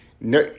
no